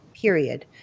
period